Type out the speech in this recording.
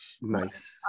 Nice